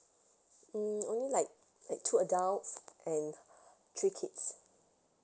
mm only like like two adults and three kids